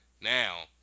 Now